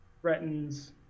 threatens